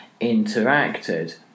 interacted